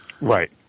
Right